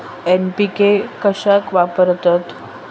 NPK कशाक वापरतत?